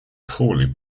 poorly